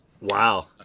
Wow